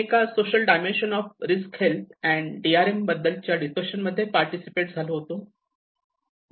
मी एका social dimension of risk health and D R M बद्दलच्या discussion मध्ये participate झालो